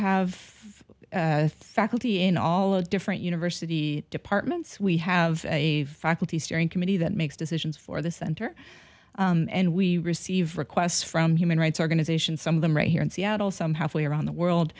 have faculty in all of different university departments we have a faculty steering committee that makes decisions for the center and we receive requests from human rights organizations some of them right here in seattle somehow fly around the